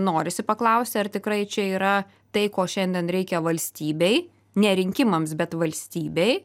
norisi paklausti ar tikrai čia yra tai ko šiandien reikia valstybei ne rinkimams bet valstybei